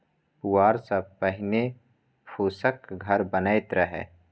पुआर सं पहिने फूसक घर बनैत रहै